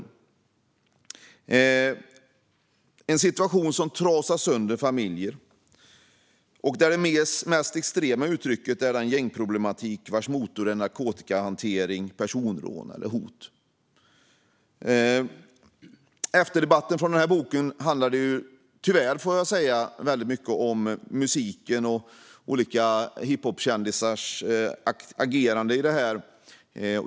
Det är en situation som trasar sönder familjer och där det mest extrema uttrycket är den gängproblematik vars motor är narkotikahantering, personrån eller hot. Efterdebatten gällande den här boken handlade dock - tyvärr, får jag säga - väldigt mycket om musiken och om olika hiphopkändisars agerande.